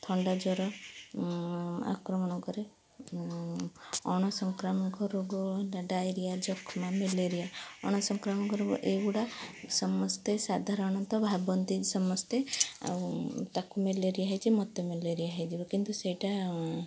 ଥଣ୍ଡାଜ୍ୱର ଆକ୍ରମଣ କରେ ଅଣସଂକ୍ରାମକ ରୋଗ ଡାଏରିଆ ଯକ୍ଷ୍ମା ମ୍ୟାଲେରିଆ ଅଣସଂକ୍ରାମକ ରୋଗ ଏହିଗୁଡ଼ା ସମସ୍ତେ ସାଧାରଣ ଭାବନ୍ତି ସମସ୍ତେ ଆଉ ତାକୁ ମ୍ୟାଲେରିଆ ହେଇଛି ମୋତେ ମ୍ୟାଲେରିଆ ହେଇଯିବ କିନ୍ତୁ ସେଇଟା